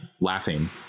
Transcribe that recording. laughing